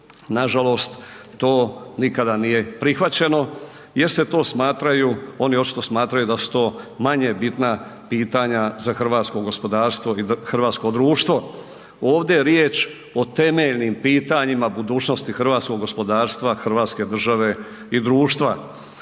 nažalost to nikada nije prihvaćeno jer oni očito smatraju da su to manje bitna pitanja za hrvatsko gospodarstvo i hrvatsko društvo. Ovdje je riječ o temeljnim pitanjima budućnosti hrvatskog gospodarstva Hrvatske države i društva.